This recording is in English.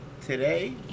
today